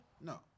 No